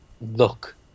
look